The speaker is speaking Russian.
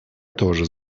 тоже